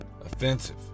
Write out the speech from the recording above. offensive